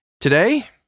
Today